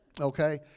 okay